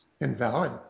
invalid